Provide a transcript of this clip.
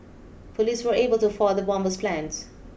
police were able to foil the bomber's plans